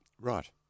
Right